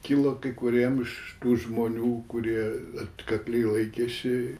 kilo kai kuriem iš tų žmonių kurie atkakliai laikėsi